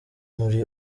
muri